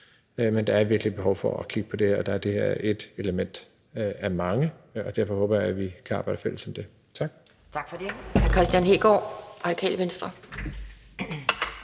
Men der er virkelig et behov for at kigge på det her, og der er det her et element af mange, og derfor håber jeg, at vi kan arbejde sammen om det. Kl. 11:41 Anden næstformand (Pia